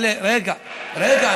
רגע, רגע.